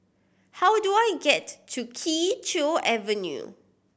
how do I get to Kee Choe Avenue